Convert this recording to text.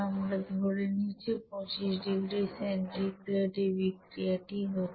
আমরা ধরে নিচ্ছি 25 ডিগ্রী সেন্টিগ্রেড এ বিক্রিয়াটি হচ্ছে